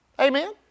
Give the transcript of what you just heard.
amen